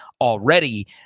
already